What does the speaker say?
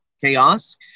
chaos